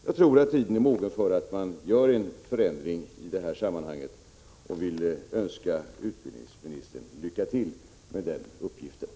Jag tror alltså att tiden nu är mogen för en förändring i detta sammanhang, och jag önskar utbildningsministern lycka till i arbetet härvidlag.